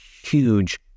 huge